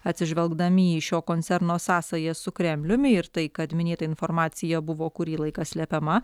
atsižvelgdami į šio koncerno sąsajas su kremliumi ir tai kad minėta informacija buvo kurį laiką slepiama